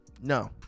no